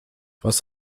was